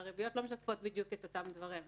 הריביות לא משקפות את אותם דברים בדיוק,